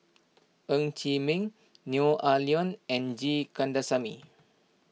Ng Chee Meng Neo Ah Luan and G Kandasamy